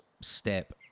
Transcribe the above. step